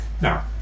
Now